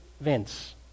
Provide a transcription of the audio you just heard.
Vince